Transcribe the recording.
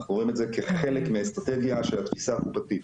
אנחנו רואים את זה כחלק מהאסטרטגיה של התפיסה הקופתית.